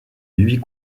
huit